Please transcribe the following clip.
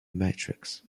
matrix